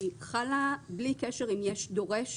חלה בלי קשר אם יש דורש,